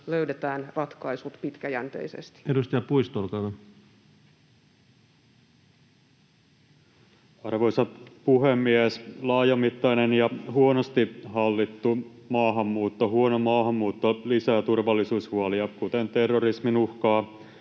löydetään ratkaisut pitkäjänteisesti. Edustaja Puisto, olkaa hyvä. Arvoisa puhemies! Laajamittainen ja huonosti hallittu maahanmuutto, huono maahanmuutto, lisää turvallisuushuolia, kuten terrorismin uhkaa,